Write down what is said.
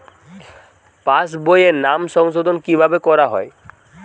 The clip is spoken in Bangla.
পাশ বইয়ে নাম সংশোধন কিভাবে করা হয়?